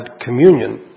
communion